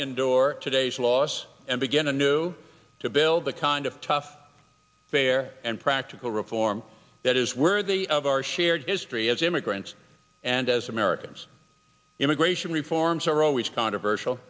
endure today's loss begin a new to build the kind of tough fair and practical reform that is worthy of our shared history as immigrants and as americans immigration reforms are always controversial